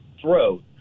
throat